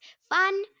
Fun